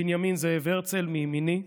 בנימין זאב הרצל, מימיני.